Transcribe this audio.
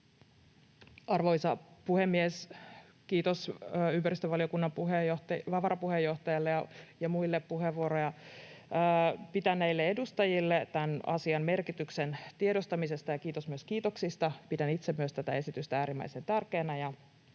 Arvoisa puhemies! Kiitos ympäristövaliokunnan varapuheenjohtajalle ja muille puheenvuoroja pitäneille edustajille tämän asian merkityksen tiedostamisesta, ja kiitos myös kiitoksista. Pidän myös itse tätä esitystä äärimmäisen tärkeänä,